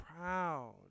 proud